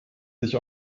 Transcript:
sich